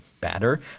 better